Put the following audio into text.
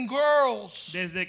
girls